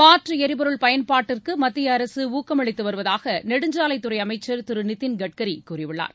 மாற்று ளிபொருள் பயன்பாட்டிற்கு மத்திய அரசு ஊக்கமளித்து வருவதாக நெடுஞ்சாலைத் துறை அமைச்சர் திரு நிதின் கட்கரி கூறியுள்ளார்